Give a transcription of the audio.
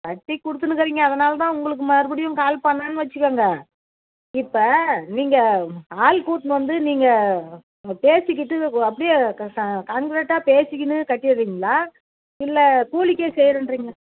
கட்டி கொடுதுன்னுக்குறீங்க அதனால்தான் உங்களுக்கு மறுபடியும் கால் பண்ணேன்னு வச்சுக்கங்க இப்போ நீங்கள் ஆள் கூட்டினு வந்து நீங்கள் பேசிக்கிட்டு அப்படியே கான்ராக்ட்டாக பேசிக்கின்னு கட்டிடுறீங்களா இல்லை கூலிக்கே செய்றன்றீங்களா